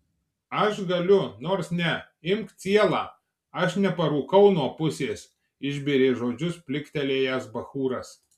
aš galiu nors ne imk cielą aš neparūkau nuo pusės išbėrė žodžius pliktelėjęs bachūras